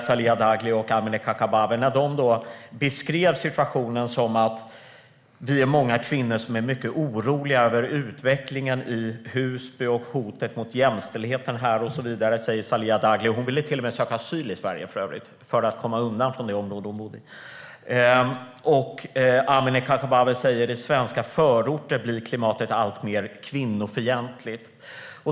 Zeliha Dagli och Amineh Kakabaveh beskrev situationen som att många kvinnor är mycket oroliga över utvecklingen i Husby och hotet mot jämställdheten. Zeliha Dagli ville för övrigt söka asyl i Sverige, för att komma undan från det område hon bor i. Amineh Kakabaveh sa att i svenska förorter blir klimatet alltmer kvinnofientligt.